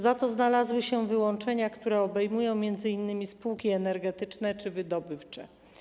Za to znalazły się wyłączenia, które obejmują m.in. spółki energetyczne czy wydobywcze.